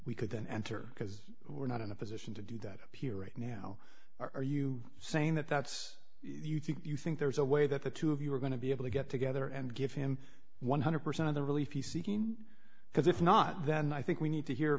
we could then enter because we're not in a position to do that here right now are you saying that that's you think you think there's a way that the two of you are going to be able to get together and give him one hundred percent of the relief he seeking because if not then i think we need to hear